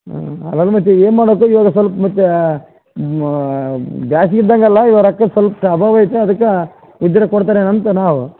ಹ್ಞೂ ಮತ್ತು ಏನು ಮಾಡೋದು ಇವಾಗ ಸ್ವಲ್ಪ ಮತ್ತು ಬ್ಯಾಸ್ಗೆ ಇದ್ಧಾಂಗೆಲ್ಲ ಇವು ರೊಕ್ಕ ಸ್ವಲ್ಪ ಅಭಾವ ಆಗಿತ್ತು ಅದಕ್ಕೆ ಉದ್ರಿ ಕೊಡ್ತಾರೇನೊ ಅಂತ ನಾವು